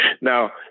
Now